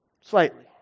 Slightly